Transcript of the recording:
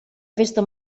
festa